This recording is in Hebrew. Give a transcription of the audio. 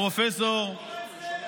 וואו, איזה מחקר פורץ דרך.